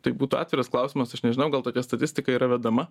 tai būtų atviras klausimas aš nežinau gal tokia statistika yra vedama